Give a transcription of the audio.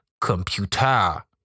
computer